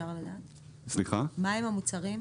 מה הם המוצרים?